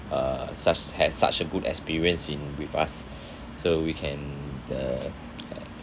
uh such had such a good experience in with us so we can uh